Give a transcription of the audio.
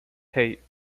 hey